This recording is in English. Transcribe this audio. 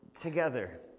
together